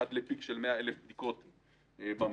עד לפיק של 100,000 בדיקות במרחב.